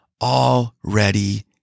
already